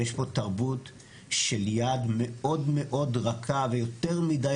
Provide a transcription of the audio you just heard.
יש פה תרבות של יד מאוד מאוד רכה ויותר מידי